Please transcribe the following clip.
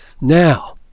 Now